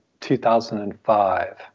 2005